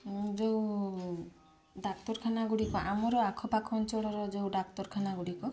ମୁଁ ଯେଉଁ ଡାକ୍ତରଖାନା ଗୁଡ଼ିକ ଆମର ଆଖପାଖ ଅଞ୍ଚଳର ଯେଉଁ ଡାକ୍ତରଖାନା ଗୁଡ଼ିକ